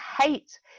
hate